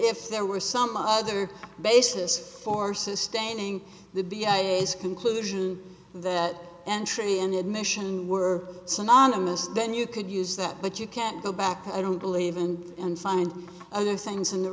if there were some other basis for sustaining the b s conclusion that entry and admission were synonymous then you could use that but you can't go back i don't believe in and find other things in the